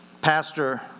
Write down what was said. pastor